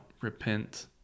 repent